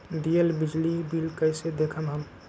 दियल बिजली बिल कइसे देखम हम?